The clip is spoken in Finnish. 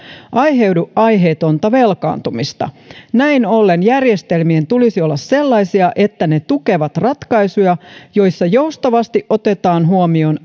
aiheudu aiheetonta velkaantumista näin ollen järjestelmien tulisi olla sellaisia että ne tukevat ratkaisuja joissa joustavasti otetaan huomioon